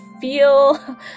feel